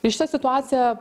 ir šita situacija